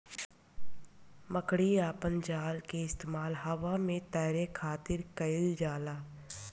मकड़ी अपना जाल के इस्तेमाल हवा में तैरे खातिर कईल जाला